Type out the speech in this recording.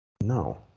No